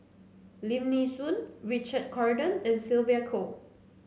Lim Nee Soon Richard Corridon and Sylvia Kho